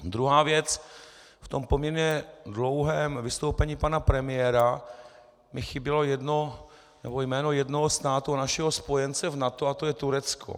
Druhá věc, v poměrně dlouhém vystoupení pana premiéra mi chybělo jméno jednoho státu, našeho spojence v NATO, a to je Turecko.